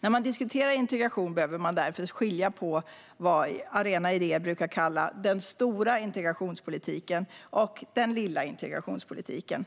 När man diskuterar integration behöver man skilja på vad Arena Idé brukar kalla den stora integrationspolitiken och den lilla integrationspolitiken.